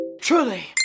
truly